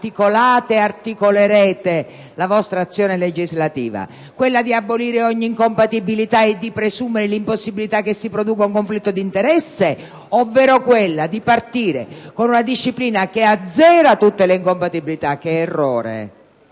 articolate e articolerete la vostra azione legislativa? Quello di abolire ogni incompatibilità e di presumere l'impossibilità che si produca un conflitto di interesse, ovvero quello di partire con una disciplina che azzera tutte le incompatibilità (che è un errore: